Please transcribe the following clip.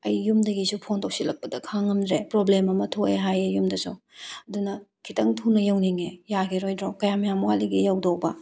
ꯑꯩ ꯌꯨꯝꯗꯒꯤꯁꯨ ꯐꯣꯟ ꯇꯧꯁꯤꯜꯂꯛꯄꯗ ꯈꯥꯡ ꯉꯝꯗ꯭ꯔꯦ ꯄ꯭ꯔꯣꯕ꯭ꯂꯦꯝ ꯑꯃ ꯊꯣꯛꯑꯦ ꯍꯥꯏꯌꯦ ꯌꯨꯝꯗꯁꯨ ꯑꯗꯨꯅ ꯈꯤꯇꯪ ꯊꯨꯅ ꯌꯧꯅꯤꯡꯉꯦ ꯌꯥꯈꯤꯔꯣꯏꯗ꯭ꯔꯣ ꯀꯌꯥꯝ ꯌꯥꯝ ꯋꯥꯠꯂꯤꯒꯦ ꯌꯧꯗꯧꯕ